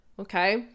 Okay